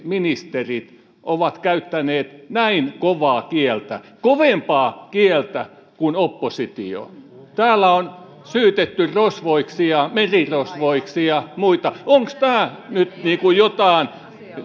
ministerit olisivat käyttäneet näin kovaa kieltä kovempaa kieltä kuin oppositio täällä on syytetty rosvoiksi ja merirosvoiksi ja muuta onko tämä nyt niin kuin jotain